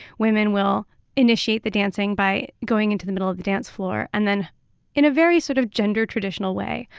women will initiate the dancing by going into the middle of the dance floor and then in a very sort of gender traditional way,